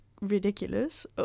ridiculous